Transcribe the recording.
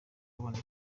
leone